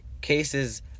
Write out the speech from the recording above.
cases